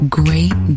great